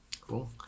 cool